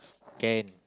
can